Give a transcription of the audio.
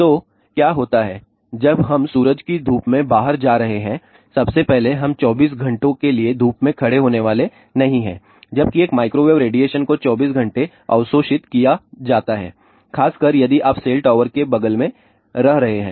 तो क्या होता है जब हम सूरज की धूप में बाहर जा रहे हैं सबसे पहले हम 24 घंटों के लिए धूप में खड़े होने वाले नहीं हैं जबकि एक माइक्रोवेव रेडिएशन को 24 घंटे अवशोषित किया जाता है खासकर यदि आप सेल टॉवर के बगल में रह रहे हैं